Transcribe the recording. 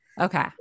Okay